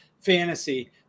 fantasy